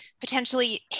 potentially